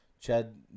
Chad